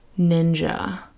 Ninja